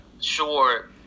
Sure